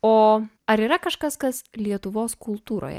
o ar yra kažkas kas lietuvos kultūroje